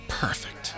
perfect